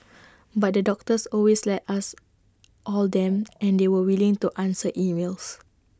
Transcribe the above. but the doctors always let us all them and they were willing to answer emails